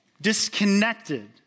Disconnected